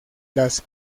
las